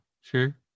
sure